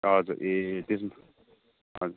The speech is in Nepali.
हजुर ए त्यसमा